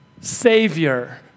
savior